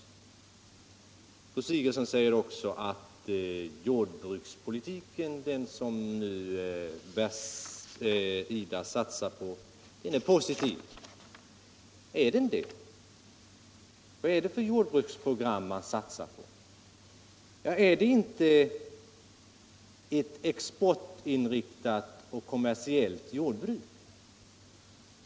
Fru Sigurdsen säger också att den jordbrukspolitik som IDA satsar på är positiv. Är den det? Vad är det för jordbruksprogram som man satsar på? Är det inte på ett exportinriktat och kommersiellt jordbruk?